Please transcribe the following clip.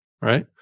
right